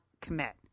commit